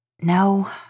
No